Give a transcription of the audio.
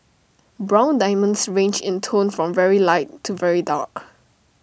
brown diamonds range in tone from very light to very dark